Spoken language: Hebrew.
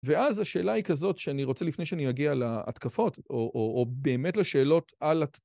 ואז השאלה היא כזאת, שאני רוצה לפני שאני אגיע להתקפות, או באמת לשאלות על הת...